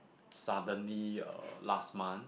suddenly uh last month